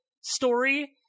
story